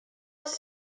els